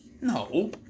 no